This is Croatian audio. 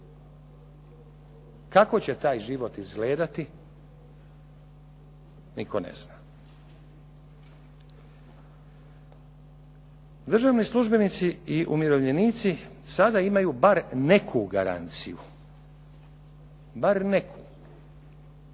Kako će taj život izgledati nitko ne zna. Državni službenici i umirovljenici sada imaju bar neku garanciju. Imaju